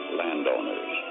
landowners